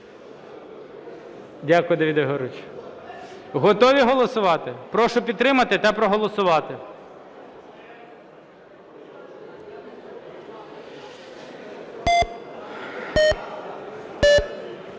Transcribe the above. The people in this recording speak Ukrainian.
Дякую, Давиде Георгійовичу. Готові голосувати? Прошу підтримати та проголосувати.